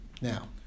now